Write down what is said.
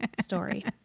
story